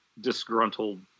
disgruntled